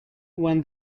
when